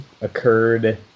occurred